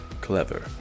clever